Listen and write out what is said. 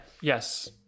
yes